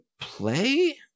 play